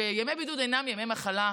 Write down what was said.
שימי בידוד אינם ימי מחלה,